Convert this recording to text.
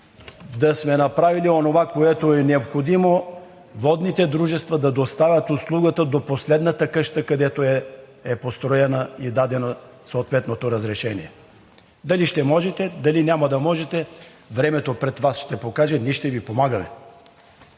да сме направили онова, което е необходимо водните дружества да доставят услугата до последната къща, където е построена и е дадено съответното разрешение. Дали ще можете, дали няма да можете – времето пред Вас ще покаже, ние ще Ви помагаме.